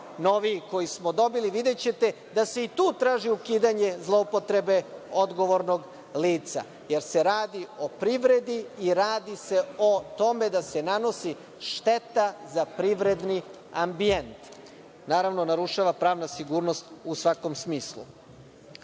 koji smo dobili, videćete da se i tu traži ukidanje zloupotrebe odgovornog lica jer se radi o privredi i radi se o tome da se nanosi šteta za privredni ambijent, naravno, narušava pravna sigurnost u svakom smislu. Pored